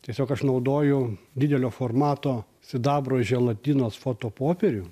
tiesiog aš naudojau didelio formato sidabro želatinos fotopopierių